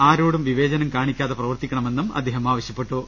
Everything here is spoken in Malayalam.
ആരോടും വിവേ ചനം കാണിക്കാതെ പ്രവർത്തിക്കണമെന്നും അദ്ദേഹം ആവശ്യ പ്പെട്ടു